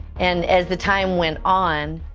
and as the time went on,